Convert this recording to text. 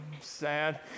sad